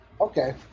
Okay